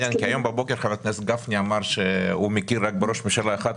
הבוקר חבר הכנסת גפני אמר שהוא מכיר רק בראש ממשלה אחד,